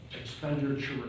Expenditure